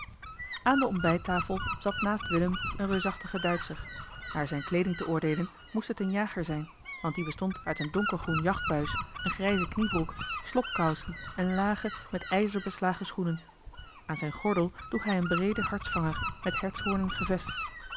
aan de ontbijttafel zat naast willem een reusachtige duitscher naar zijne kleeding te oordeelen moest het een jager zijn want eli heimans willem roda die bestond uit een donkergroen jachtbuis eene grijze kniebroek slobkousen en lage met ijzer beslagen schoenen aan zijn gordel droeg hij een breeden hartsvanger met hertshoornen gevest